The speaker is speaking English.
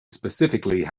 specifically